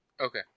Okay